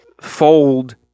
fold